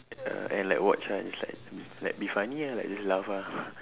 ya and like watch ah it's like like be funny ah just laugh ah